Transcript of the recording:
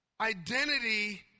identity